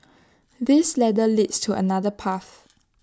this ladder leads to another path